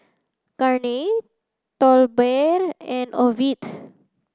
Garnet Tolbert and Ovid